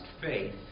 faith